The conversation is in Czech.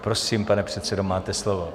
Prosím, pane předsedo, máte slovo.